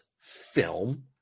film